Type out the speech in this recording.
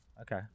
okay